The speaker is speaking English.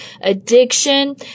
Addiction